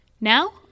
Now